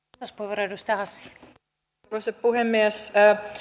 arvoisa puhemies